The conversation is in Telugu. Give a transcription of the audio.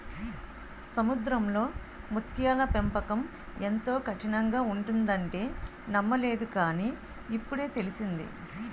సముద్రంలో ముత్యాల పెంపకం ఎంతో కఠినంగా ఉంటుందంటే నమ్మలేదు కాని, ఇప్పుడే తెలిసింది